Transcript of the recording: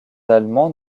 allemands